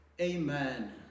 Amen